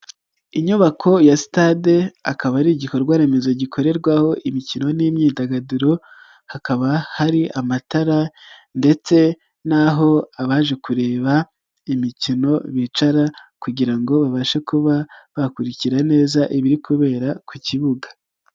Inyubako ya sitade ikaba ari igikorwa remezo gikorerwaho imikino n'imyidagaduro, hakaba hari amatara ndetse naho abaje kureba imikino bicara kugira ngo babashe kuba bakurikira neza ibiri kubera ku kibuga.